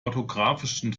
orthografischen